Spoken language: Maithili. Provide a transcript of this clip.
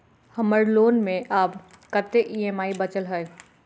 हम्मर लोन मे आब कैत ई.एम.आई बचल ह?